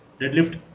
deadlift